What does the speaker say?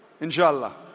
Inshallah